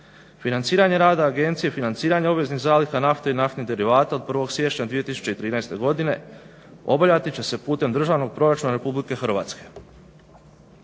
Financiranje rada agencije financiranje obveznih zaliha nafte i naftnih derivata od 1. siječnja 2013. godine obavljati će se putem Državnog proračuna RH. HANDA kao